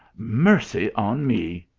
mercy on me!